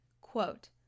Quote